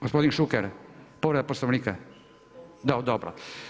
Gospodin Šuker, povreda Poslovnika. … [[Upadica sa strane: Ne čuje se.]] Dobro.